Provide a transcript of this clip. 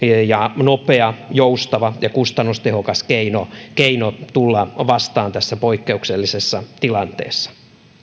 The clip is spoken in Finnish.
ja nopea joustava ja kustannustehokas keino keino tulla vastaan tässä poikkeuksellisessa tilanteessa